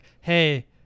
hey